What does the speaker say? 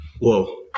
Whoa